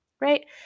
right